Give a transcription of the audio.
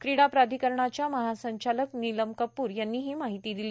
क्रीडा प्राधिकरणाच्या महासंचालक नीलम कपूर यांनी ही माहिती दिली